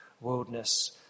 wilderness